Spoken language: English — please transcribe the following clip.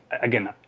again